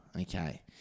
Okay